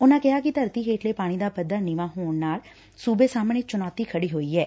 ਉਨਾਂ ਕਿਹਾ ਕਿ ਧਰਤੀ ਹੇਠਲੇ ਪਾਣੀ ਦਾ ਪੱਧਰ ਨੀਵਾਂ ਹੋਣ ਨਾਲ ਸੁਬੇ ਸਾਹਮਣੇ ਚੁਣੌਤੀ ਖੜੀ ਹੋਈ ਐ